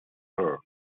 her